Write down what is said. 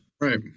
Right